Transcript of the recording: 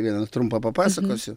vieną trumpą papasakosiu